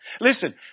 Listen